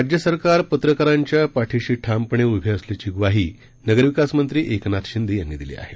राज्य सरकार पत्रकारांच्या पाठीशी ठामपणे उभे असल्याची ग्वाही नगरविकास मंत्री एकनाथ शिंदे यांनी दिली आहे